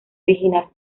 original